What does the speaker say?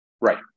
Right